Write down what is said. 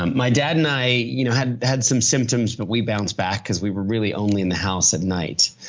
um my dad and i you know had had some symptoms but we bounced back because we were really only in the house at night.